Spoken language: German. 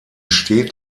steht